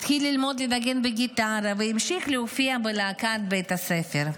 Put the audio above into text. התחיל ללמוד לנגן בגיטרה והמשיך להופיע בלהקת בית הספר.